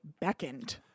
beckoned